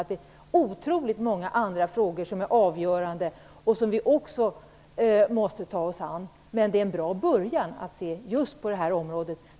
Det är otroligt många andra frågor som är avgörande och som vi också måste ta oss an. Men det är en bra början att se just på detta område.